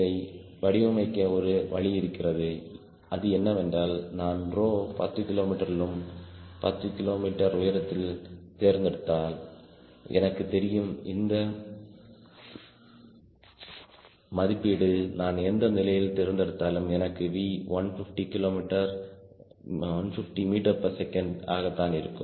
இதை வடிவமைக்க ஒரு வழி இருக்கிறது அது என்னவென்றால் நான் ரோ 10 கிலோமீட்டரிலும் 10கிலோ மீட்டர் உயரத்திலும்தேர்ந்தெடுத்தால் எனக்கு தெரியும் இந்த மதிப்பீடு நான் எந்த நிலையில் தேர்ந்தெடுத்தாலும் எனக்கு V 150ms ஆகத்தான் இருக்கும்